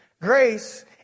Grace